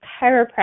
chiropractor